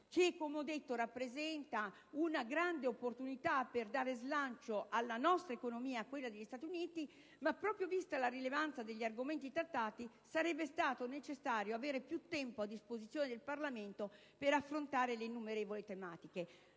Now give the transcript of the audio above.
che, come ho detto, rappresenta una grande opportunità per dare slancio alla nostra economia e a quella degli Stati europei; tuttavia, vista la rilevanza degli argomenti trattati sarebbe stato necessario avere più tempo a disposizione del Parlamento per affrontare le innumerevoli tematiche;